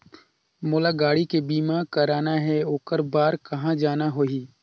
मोला गाड़ी के बीमा कराना हे ओकर बार कहा जाना होही?